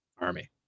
army